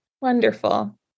Wonderful